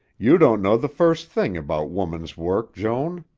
you don't know the first thing about woman's work, joan.